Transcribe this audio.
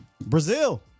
Brazil